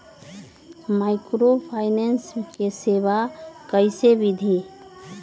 Microfinance के सेवा कइसे विधि?